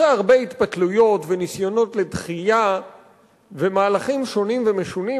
אחרי הרבה התפתלויות וניסיונות לדחייה ומהלכים שונים ומשונים,